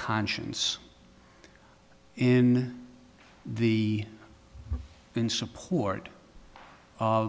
conscience in the in support of